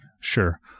Sure